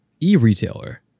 e-retailer